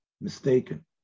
mistaken